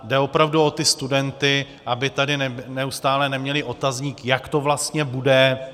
Jde opravdu o ty studenty, aby tady neustále neměli otazník, jak to vlastně bude.